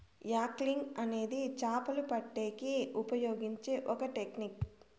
angling అనేది చాపలు పట్టేకి ఉపయోగించే ఒక టెక్నిక్